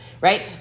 right